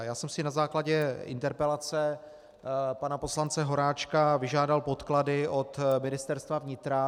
Já jsem si na základě interpelace pana poslance Horáčka vyžádal podklady od Ministerstva vnitra.